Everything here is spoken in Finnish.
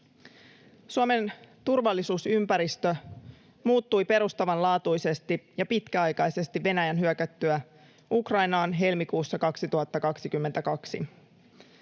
Suomen turvallisuusympäristö muuttui perustavanlaatuisesti ja pitkäaikaisesti Venäjän hyökättyä Ukrainaan helmikuussa 2022.